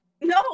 No